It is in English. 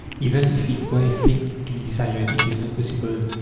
even if it were a thing to be desired, it is not possible.